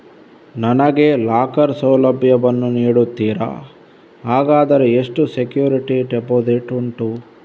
ನನಗೆ ಲಾಕರ್ ಸೌಲಭ್ಯ ವನ್ನು ನೀಡುತ್ತೀರಾ, ಹಾಗಾದರೆ ಎಷ್ಟು ಸೆಕ್ಯೂರಿಟಿ ಡೆಪೋಸಿಟ್ ಉಂಟು?